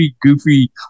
goofy